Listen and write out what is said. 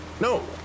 No